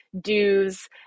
dues